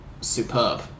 superb